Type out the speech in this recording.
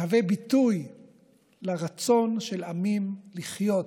מהווה ביטוי לרצון של עמים לחיות